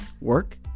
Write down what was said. work